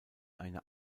eine